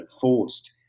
forced